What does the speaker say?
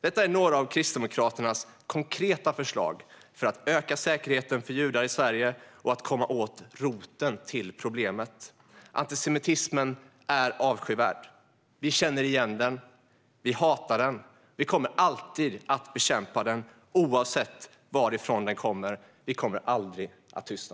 Detta är några av Kristdemokraternas konkreta förslag för att öka säkerheten för judar i Sverige och komma åt roten till problemet. Antisemitismen är avskyvärd. Vi känner igen den, vi hatar den och vi kommer alltid att bekämpa den oavsett varifrån den kommer. Vi kommer aldrig att tystna.